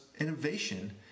innovation